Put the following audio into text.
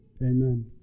amen